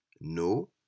No